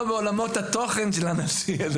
בעולמות התוכן של הנשיא.